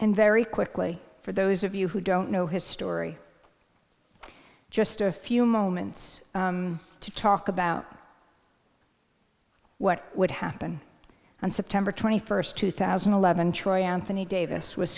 and very quickly for those of you who don't know his story just a few moments to talk about what would happen on september twenty first two thousand and eleven troy anthony davis was